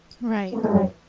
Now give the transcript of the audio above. Right